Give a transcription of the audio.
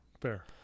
Fair